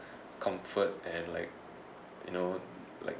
comfort and like you know like